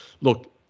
Look